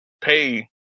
pay